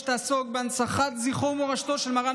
שתעסוק בהנצחת זכרו ומורשתו של מרן,